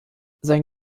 sein